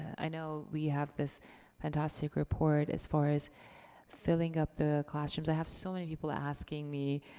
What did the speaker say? i know we have this fantastic report, as far as filling up the classrooms. i have so many people asking me,